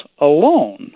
alone